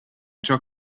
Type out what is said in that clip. ciò